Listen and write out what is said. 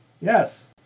yes